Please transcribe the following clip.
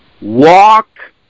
walk